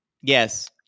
Yes